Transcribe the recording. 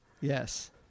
Yes